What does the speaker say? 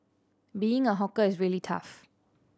being a hawker is really tough